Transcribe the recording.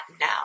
now